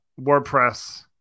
WordPress